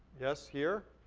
yes, here,